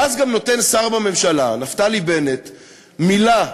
ואז גם נותן שר בממשלה נפתלי בנט מילה,